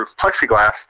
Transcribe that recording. plexiglass